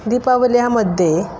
दीपावल्याः मध्ये